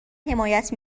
حمایت